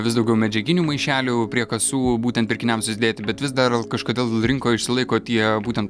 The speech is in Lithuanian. vis daugiau medžiaginių maišelių prie kasų būtent pirkiniams susidėti bet vis dar kažkodėl rinkoje išsilaiko tie būten